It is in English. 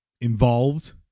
involved